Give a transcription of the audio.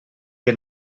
que